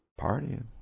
partying